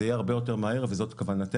זה יהיה הרבה יותר מהר וזאת כוונתנו,